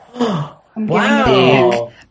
wow